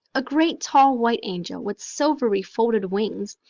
a great, tall, white angel, with silvery folded wings.